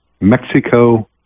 Mexico